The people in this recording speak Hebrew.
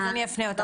אני אפנה אותך.